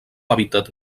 hàbitat